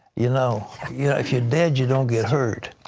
you know yeah if you're dead, you don't get hurt.